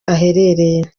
aherereye